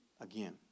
Again